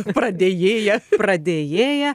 pradėjėją pradėjėją